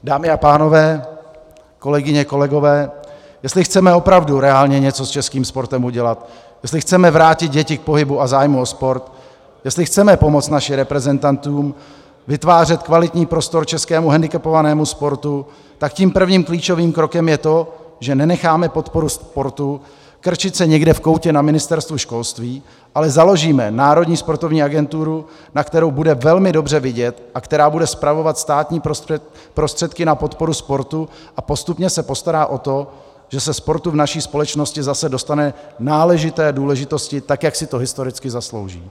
Dámy a pánové, kolegyně, kolegové, jestli chceme opravdu reálně něco s českým sportem udělat, jestli chceme vrátit děti k pohybu a zájmu o sport, jestli chceme pomoct našim reprezentantům vytvářet kvalitní prostor českému hendikepovanému sportu, tak tím prvním klíčovým krokem je to, že nenecháme podporu sportu krčit se někde v koutě na Ministerstvu školství, ale založíme Národní sportovní agenturu, na kterou bude velmi dobře vidět a která bude spravovat státní prostředky na podporu sportu a postupně se postará o to, že sportu v naší společnosti se zase dostane náležité důležitosti, tak jak si to historicky zaslouží.